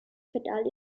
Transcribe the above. pedale